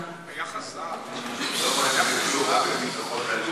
עקב החמרה במצב הביטחוני בישראל,